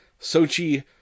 Sochi